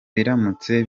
biramutse